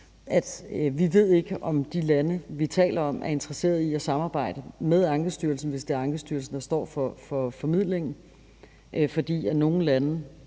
at vi ikke ved, om de lande, vi taler om, er interesseret i at samarbejde med Ankestyrelsen, hvis det er Ankestyrelsen, der står for formidlingen, fordi nogle lande